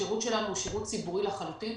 השירות שלנו הוא שירות ציבורי לחלוטין